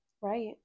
Right